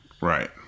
Right